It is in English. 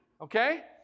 Okay